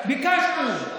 ביקשנו.